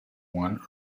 one